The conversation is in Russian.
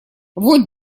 вот